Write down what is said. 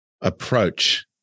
approach